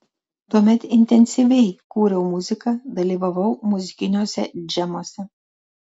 tuomet intensyviai kūriau muziką dalyvavau muzikiniuose džemuose